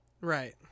Right